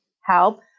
help